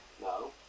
No